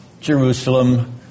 Jerusalem